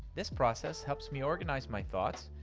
this process helps me organize my thoughts,